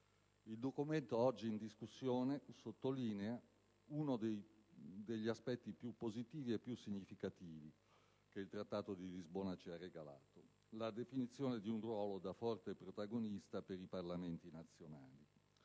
Il documento oggi in discussione sottolinea uno degli aspetti più positivi e più significativi che il Trattato di Lisbona ci ha regalato: la definizione di un ruolo da forte protagonista per i Parlamenti nazionali.